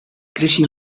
krisi